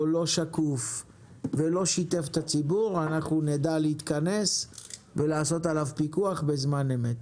לא שקוף ולא שיתף את הציבור היא תדע להתכנס ולעשות עליו פיקוח בזמן אמת.